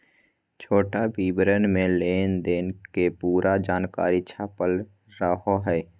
छोटा विवरण मे लेनदेन के पूरा जानकारी छपल रहो हय